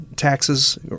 Taxes